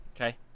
Okay